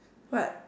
what